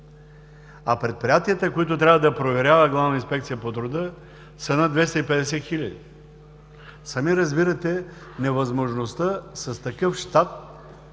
а предприятията, които трябва да проверява Главната инспекция по труда, са над 250 хиляди. Сами разбирате невъзможността с такъв щат